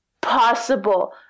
possible